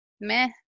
meh